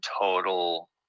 total